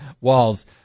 walls